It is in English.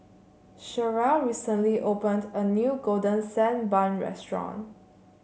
Cherrelle recently opened a new Golden Sand Bun Restaurant